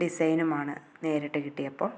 ഡിസൈനുമാണ് നേരിട്ട് കിട്ടിയപ്പോൾ